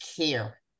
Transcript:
care